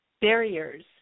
barriers